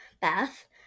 bath